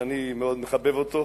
שאני מאוד מחבב אותו,